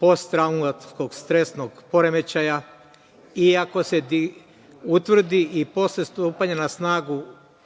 posttraumatskog stresnog poremećaja i ako se utvrdi i posle stupanja na snagu